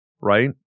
right